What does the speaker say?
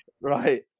right